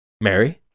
mary